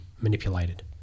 manipulated